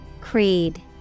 Creed